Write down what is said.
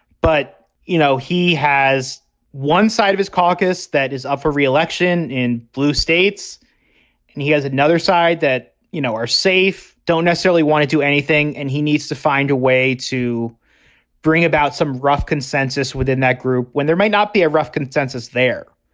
but, you know, he has one side of his caucus that is up for re-election in blue states and he has another side that, you know, are safe, don't necessarily want to do anything. and he needs to find a way to bring about some rough consensus within that group when there might not be a rough consensus there.